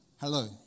Hello